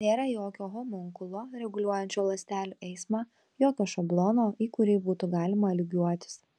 nėra jokio homunkulo reguliuojančio ląstelių eismą jokio šablono į kurį būtų galima lygiuotis